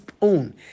own